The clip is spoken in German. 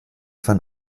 von